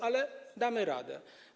Ale damy radę.